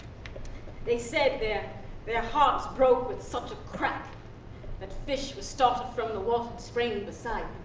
they said their their hearts broke with such a crack that fish were startled from the water spraying beside